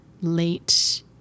late